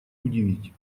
удивить